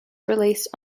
released